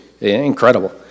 incredible